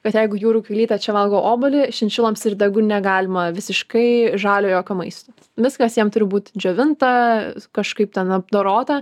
kad jeigu jūrų kiaulytė čia valgo obuolį šinšiloms ir degu negalima visiškai žaliojo maisto viskas jiem turi būt džiovinta kažkaip ten apdorota